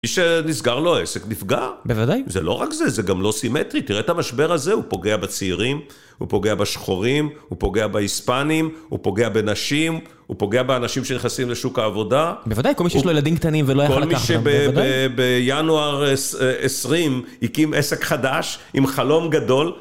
מי שנסגר לו עסק נפגע, בוודאי, זה לא רק זה, זה גם לא סימטרי, תראה את המשבר הזה, הוא פוגע בצעירים, הוא פוגע בשחורים, הוא פוגע בהיספנים, הוא פוגע בנשים, הוא פוגע באנשים שנכנסים לשוק העבודה. בוודאי, כל מי שיש לו ילדים קטנים ולא יכול לקחת אותם, בוודאי. כל מי שבינואר עשרים הקים עסק חדש עם חלום גדול.